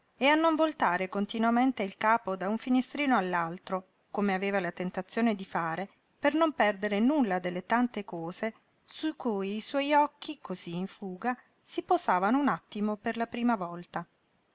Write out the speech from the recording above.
e a non voltare continuamente il capo da un finestrino all'altro come aveva la tentazione di fare per non perdere nulla delle tante cose su cui i suoi occhi cosí in fuga si posavano un attimo per la prima volta